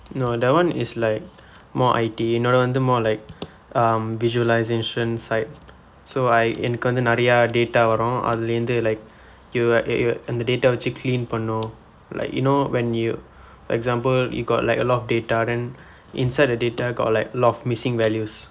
no that [one] is like more I_T இன்னொன்று வந்து:innonru vandthu more like um visualisation side so I எனக்கு வந்து நிரைய:ennakku vandthu niraiya data வரும் அதிலிருந்து:varum athilirundthu like you அந்த:andtha data வைத்து :vaiththu clean பன்ன வேண்டும் :panna vendum like you know when you for example you got like a lot of data then inside the data got like a lot of missing values